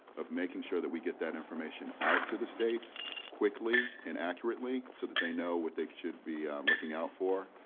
of making sure that we get that information out to the states quickly and accurately, so that they know what they should be looking out for.